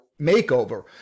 makeover